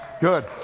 Good